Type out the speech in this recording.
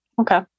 Okay